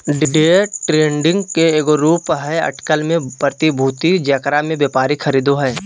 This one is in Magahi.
डे ट्रेडिंग के एगो रूप हइ अटकल में प्रतिभूति जेकरा में व्यापारी खरीदो हइ